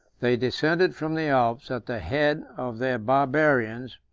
they descended from the alps, at the head of their barbarians,